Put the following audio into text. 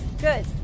Good